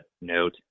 note